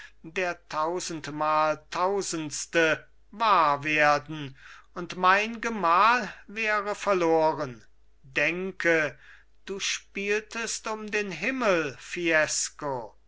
der tausendmaltausendste wahr werden und mein gemahl wäre verloren denke du spieltest um den himmel fiesco